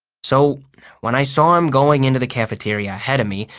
so when i saw him going into the cafeteria ahead of me,